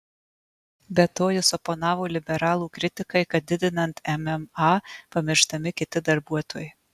be to jis oponavo liberalų kritikai kad didinant mma pamirštami kiti darbuotojai